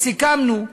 וסיכמנו,